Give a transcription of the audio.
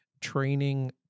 training